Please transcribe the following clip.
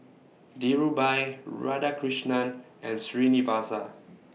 Dhirubhai Radhakrishnan and Srinivasa